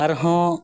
ᱟᱨᱦᱚᱸ